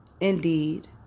indeed